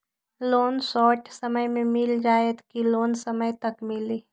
Loan short समय मे मिल जाएत कि लोन समय तक मिली?